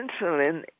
insulin